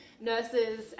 nurses